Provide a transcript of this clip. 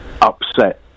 upset